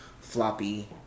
floppy